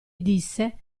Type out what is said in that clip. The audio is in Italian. disse